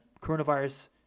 coronavirus